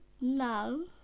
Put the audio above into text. No